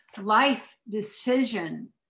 life-decision